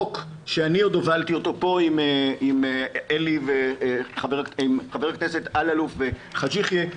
שאני הובלתי אותו פה עם חבר הכנסת אללוף וחאג' יחיא,